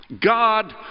God